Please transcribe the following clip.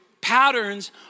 patterns